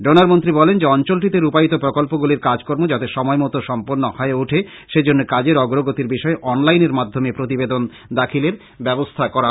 donor মন্ত্রী বলেন যে অঞ্চলটিতে রূপায়িত প্রকল্পগুলির কাজকর্ম যাতে সময় মতো সম্পূর্ন হয়ে ওঠে সেজন্য কাজের অগ্রগতির বিষয়ে অনলাইন এর মাধ্যমে প্রতিবেদন দাখিলের ব্যাবস্থা করা হয়েছে